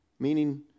Meaning